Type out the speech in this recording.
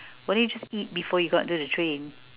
why don't you just eat before you got onto the train